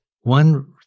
one